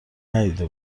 ندیده